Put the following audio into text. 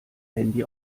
handy